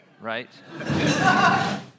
right